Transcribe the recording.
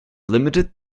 limited